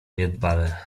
niedbale